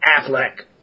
Affleck